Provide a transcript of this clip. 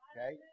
okay